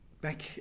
back